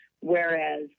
Whereas